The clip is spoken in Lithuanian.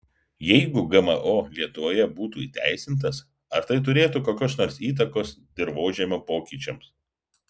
jeigu gmo lietuvoje būtų įteisintas ar tai turėtų kokios nors įtakos dirvožemio pokyčiams